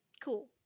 Cool